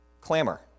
Clamor